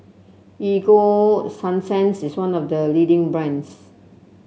Ego Sunsense is one of the leading brands